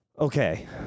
Okay